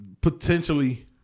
potentially